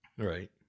Right